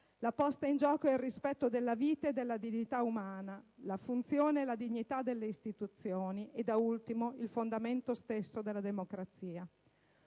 La posta in gioco è il rispetto della vita e della dignità umana, la funzione e la dignità delle istituzioni e, da ultimo, il fondamento stesso della democrazia.